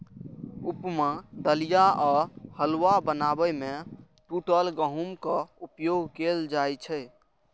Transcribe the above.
उपमा, दलिया आ हलुआ बनाबै मे टूटल गहूमक उपयोग कैल जाइ छै